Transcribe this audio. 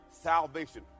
salvation